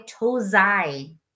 Tozai